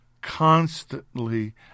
constantly